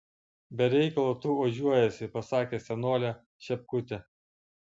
be reikalo tu ožiuojiesi pasakė senolė šepkutė